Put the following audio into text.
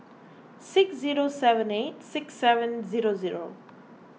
six zero seven eight six seven zero zero